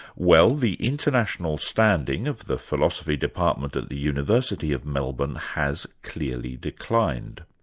well, the international standing of the philosophy department at the university of melbourne has clearly declined.